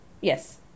Yes